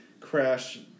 Crash